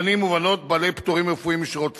בנים ובנות בעלי פטורים רפואיים משירות צבאי,